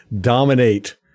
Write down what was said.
dominate